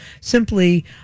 simply